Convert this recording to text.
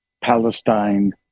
palestine